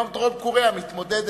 היום דרום-קוריאה מתמודדת,